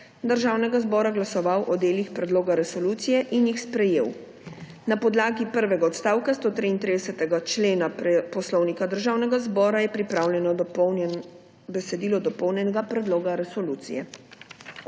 Državnega zbora glasoval o delih predloga resolucije in jih sprejel. Na podlagi prvega odstavka 133. člena Poslovnika Državnega zbora je pripravljeno besedilo dopolnjenega predloga resolucije.